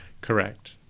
Correct